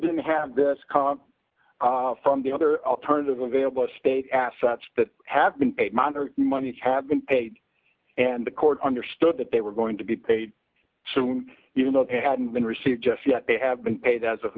didn't have this come from the other alternative available space assets that have been minor monies have been paid and the court understood that they were going to be paid even though they hadn't been received just yet they have been paid as of